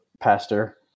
pastor